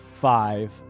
five